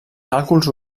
càlculs